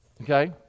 Okay